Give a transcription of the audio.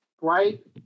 right